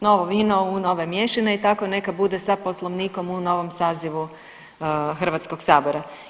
Novo vino u nove mješine i kako neka bude sa Poslovnikom u novom sazivu Hrvatskog sabora.